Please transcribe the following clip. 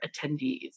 attendees